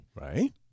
Right